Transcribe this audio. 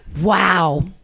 Wow